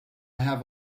have